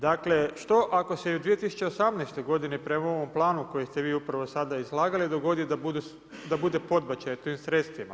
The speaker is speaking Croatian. Dakle što ako se i u 2018. godini prema ovom planu koji ste upravo sada izlagali dogodi da bude podbačaj u tim sredstvima?